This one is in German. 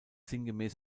sinngemäß